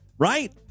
Right